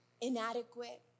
inadequate